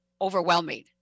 overwhelming